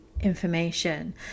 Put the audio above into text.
information